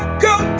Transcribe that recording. go